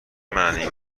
معنی